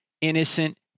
innocent